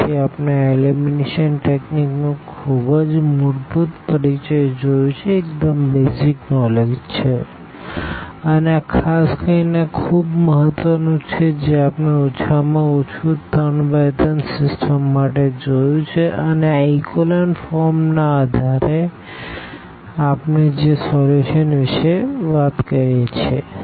તેથી આપણે આ એલિમિનેશન ટેકનીક નું ખૂબ જ મૂળભૂત પરિચય જોયું છે અને ખાસ કરીને આ ખૂબ મહત્વનું છે જે આપણે ઓછામાં ઓછું આ 3 બાય 3 સિસ્ટમ માટે જોયું છે અને આ ઇકોલન ફોર્મના આધારે આપણે જે સોલ્યુશન વિશે વાત કરી શકીએ છીએ